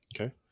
Okay